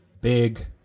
big